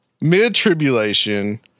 mid-tribulation